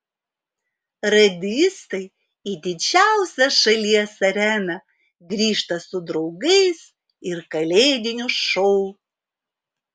radistai į didžiausią šalies areną grįžta su draugais ir kalėdiniu šou